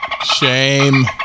Shame